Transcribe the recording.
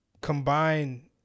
combine